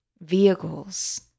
vehicles